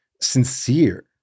sincere